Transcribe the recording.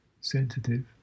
sensitive